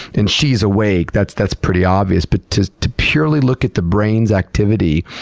and she's awake. that's that's pretty obvious. but to to purely look at the brain's activity,